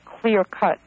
clear-cut